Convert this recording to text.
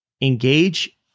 engage